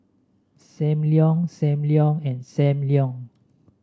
Sam Leong Sam Leong and Sam Leong